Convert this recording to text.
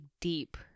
deep